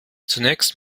zunächst